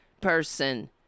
person